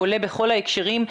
הוא עולה בכל ההקשרים.